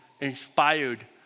inspired